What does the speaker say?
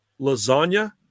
lasagna